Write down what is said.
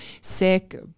sick